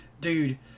dude